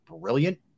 brilliant